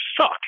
suck